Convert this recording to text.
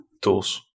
tools